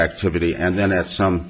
activity and then at some